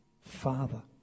Father